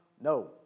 no